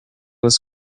less